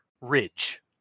Ridge